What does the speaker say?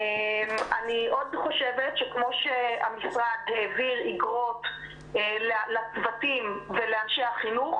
אני עוד חושבת שכמו שהמשרד העביר אגרות לצוותים ולאנשי החינוך